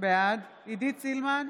בעד עידית סילמן,